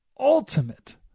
ultimate